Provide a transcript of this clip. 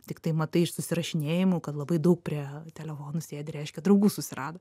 tiktai matai iš susirašinėjimų kad labai daug prie telefonų sėdi reiškia draugų susirado